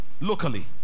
locally